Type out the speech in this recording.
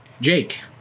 Jake